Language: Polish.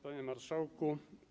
Panie Marszałku!